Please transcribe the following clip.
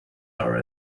are